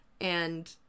and-